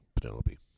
Penelope